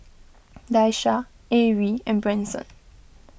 Daisha Arie and Branson